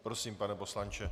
Prosím, pane poslanče.